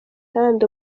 ndi